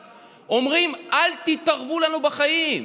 אומרים: אל תתערבו לנו בחיים.